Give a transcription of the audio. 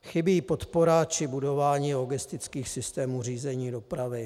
Chybí podpora či budování logistických systémů řízení dopravy.